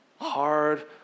hard